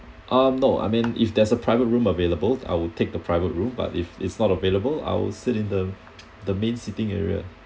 ah no I mean if there's a private room available I will take the private room but if it's not available I'll sit in the the main sitting area